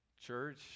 church